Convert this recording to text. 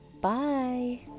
Bye